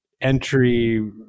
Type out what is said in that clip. entry